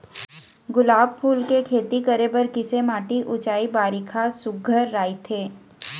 गुलाब फूल के खेती करे बर किसे माटी ऊंचाई बारिखा सुघ्घर राइथे?